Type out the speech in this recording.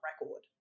record